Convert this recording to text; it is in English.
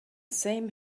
same